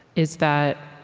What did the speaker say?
is that